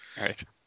Right